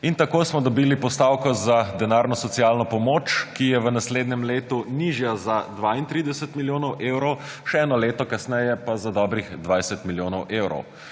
in tako smo dobili postavko za denarno socialno pomoč, ki je v naslednjem letu nižja za 32 milijonov evrov, še eno leto kasneje pa za dobrih 20 milijonov evrov.